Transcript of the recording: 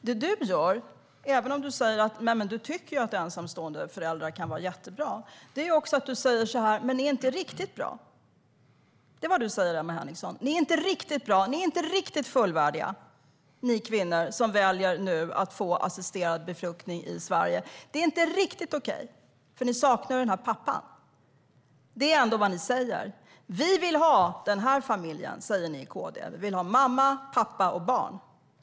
Det du säger, även om du säger att du tycker att ensamstående föräldrar kan vara jättebra, är att det inte är riktigt bra, att det inte är riktigt okej att kvinnor nu kan välja att få assisterad befruktning i Sverige, för ni saknar ju pappan. Ni i KD säger: Vi vill ha familjen med mamma, pappa och barn.